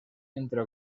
entre